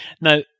Now